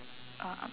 uh